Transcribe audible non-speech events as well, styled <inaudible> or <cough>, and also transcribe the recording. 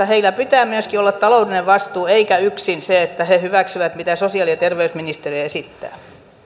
<unintelligible> heillä pitää myöskin olla taloudellinen vastuu eikä yksin niin että he hyväksyvät mitä sosiaali ja terveysministeriö esittää